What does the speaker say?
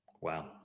Wow